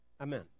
Amen